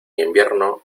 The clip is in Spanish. invierno